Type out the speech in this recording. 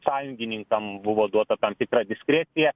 sąjungininkam buvo duota tam tikra diskrecija